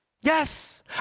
Yes